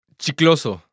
chicloso